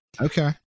okay